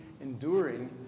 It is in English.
enduring